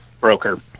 broker